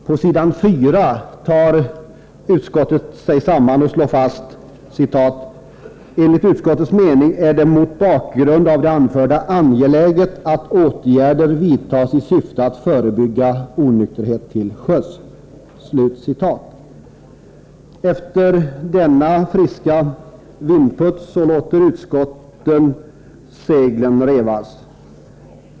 På s. 4 tar utskottet sig samman och slår fast: ”Enligt utskottets mening är det mot bakgrund av det anförda angeläget att åtgärder vidtas i syfte att förebygga onykterhet till sjöss.” Efter denna friska vindpust låter utskottet seglen revas.